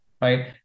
Right